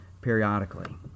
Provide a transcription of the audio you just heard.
periodically